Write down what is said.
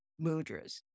mudras